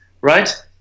right